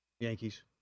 Yankees